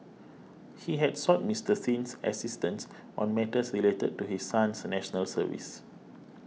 he had sought Mister Sin's assistance on matters related to his son's National Service